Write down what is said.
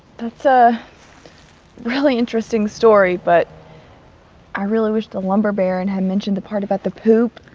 that's a really interesting story, but i really wish the lumber baron had mentioned the part about the poop.